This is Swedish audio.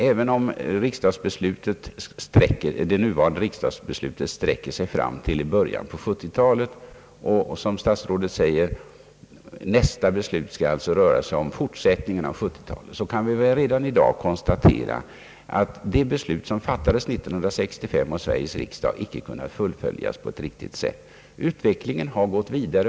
Även om det nuvarande riksdagsbeslutet gäller fram till början på 1970-talet och nästa beslut alltså, som statsrådet säger, skall avse fortsättningen på 1970 talet, kan vi väl redan i dag konstatera att det beslut som Sveriges riksdag fattade 1965 icke kunnat fullföljas på ett riktigt sätt. Utvecklingen har gått vidare.